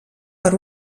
per